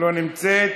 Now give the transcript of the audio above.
לא נמצאת,